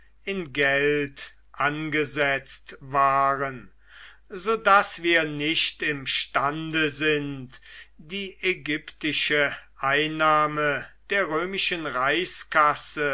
in geld angesetzt waren so daß wir nicht imstande sind die ägyptische einnahme der römischen reichskasse